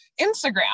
Instagram